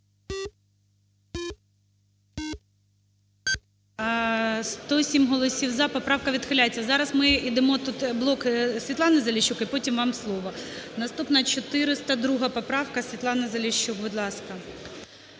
107 голосів за. Поправка відхиляється. Зараз ми ідемо, тут блок Світлани Заліщук, і потім вам слово. Наступна 402 поправка. Світлана Заліщук, будь ласка.